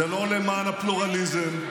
זה לא למען הפרלורליזם,